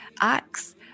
acts